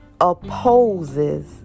opposes